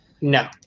No